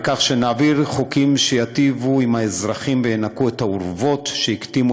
בכך שנעביר חוקים שייטיבו עם האזרחים וינקו את האורוות שהכתימו